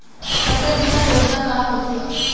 फसल बीमा योजना का होथे?